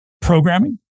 programming